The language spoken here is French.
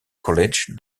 college